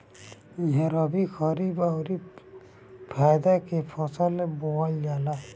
इहा रबी, खरीफ अउरी जायद के फसल बोअल जाला